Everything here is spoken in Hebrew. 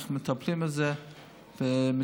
אנחנו מטפלים בזה ומתקדמים.